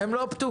הם לא פתוחים.